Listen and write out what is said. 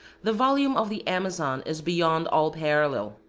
the volume of the amazon is beyond all parallel.